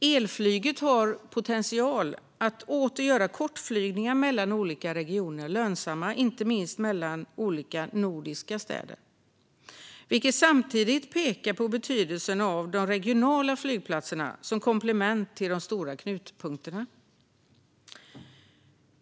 Elflyget har potential att åter göra kortflygningar mellan olika regioner och inte minst mellan olika nordiska städer lönsamma, vilket samtidigt pekar på betydelsen av de regionala flygplatserna som komplement till de stora knutpunkterna.